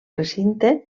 recinte